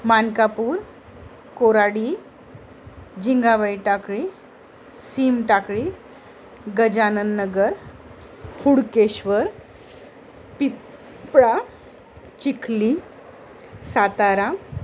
Mankapur Koradi Jingabai Takli Sim Takli Gajanan Nagar Hudkeshwar Pipla Chikhli Satara